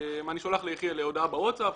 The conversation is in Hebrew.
אני שולח ליחיאל הודעה בוואטסאפ,